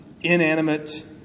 inanimate